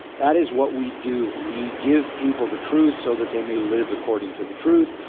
that is what we do we give people the truth so that they may live according to the truth,